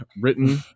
written